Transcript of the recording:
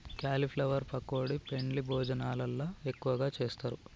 cauliflower pakodi పెండ్లి భోజనాలల్ల ఎక్కువగా చేస్తారు